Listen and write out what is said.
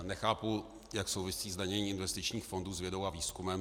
Nechápu, jak souvisí zdanění investičních fondů s vědou a výzkumem.